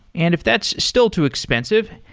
and if that's still too expensive,